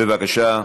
בבקשה,